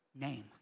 name